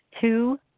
two